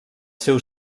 seu